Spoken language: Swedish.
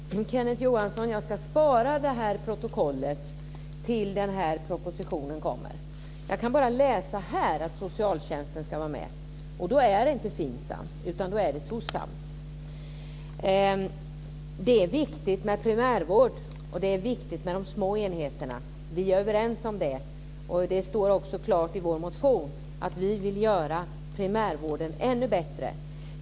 Fru talman! Kenneth Johansson, jag ska spara det här protokollet tills propositionen kommer. Jag kan bara läsa i handlingsplanen att socialtjänsten ska vara med, och då är det inte FINSAM utan SOCSAM. Det är viktigt med primärvård och med de små enheterna. Vi är överens om det. Det står också klart i vår motion att vi vill göra primärvården ännu bättre.